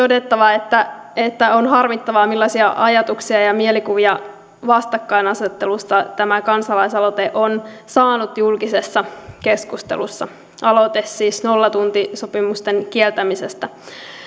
todettava että että on harmittavaa millaisia ajatuksia ja mielikuvia vastakkainasettelusta tämä kansalaisaloite on saanut julkisessa keskustelussa aloite siis nollatuntisopimusten kieltämisestä